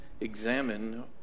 examine